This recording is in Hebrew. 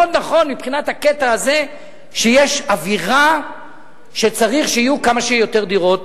מאוד נכון מבחינת הקטע הזה שיש אווירה שצריך שיהיו כמה שיותר דירות